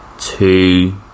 two